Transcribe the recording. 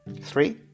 Three